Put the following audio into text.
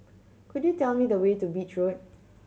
could you tell me the way to Beach Road